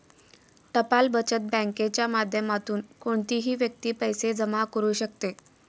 टपाल बचत बँकेच्या माध्यमातून कोणतीही व्यक्ती पैसे जमा करू शकते